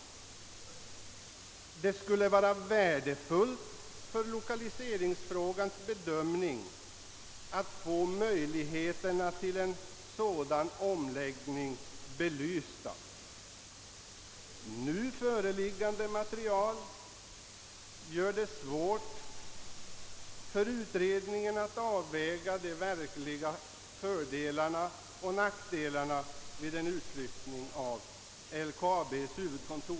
Det skulle vara värdefullt för lokaliseringsfrågans bedömning att få möjligheterna till en sådan omläggning belysta. Nu föreliggande material gör det svårt för utredningen att avväga de verkliga fördelarna och nackdelarna vid en utflyttning av LKAB:s huvudkontor.